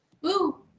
Woo